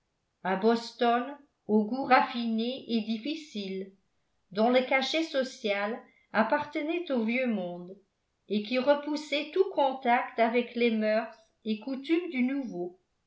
boston aux goûts raffinés et difficiles dont le cachet social appartenait au vieux monde et qui repoussait tout contact avec les mœurs et coutumes du nouveau